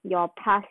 your pass